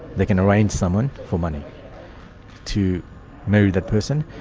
they can arrange someone for money to marry that person,